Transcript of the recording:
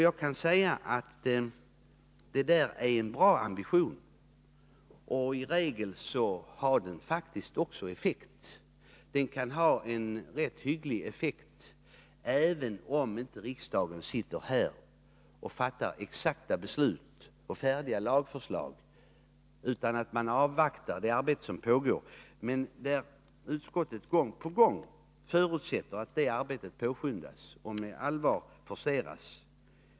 Jag kan säga att det är en bra ambition, och i regel har den faktiskt också effekt. Den kan ha en rätt hygglig effekt även om inte riksdagen fattar exakta beslut och inte har färdiga lagförslag att ta ställning till utan avvaktar det arbete som pågår. Men utskottet uttalar naturligtvis gång på gång att man förutsätter att arbetet påskyndas och forceras på ett allvarligt sätt.